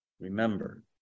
remember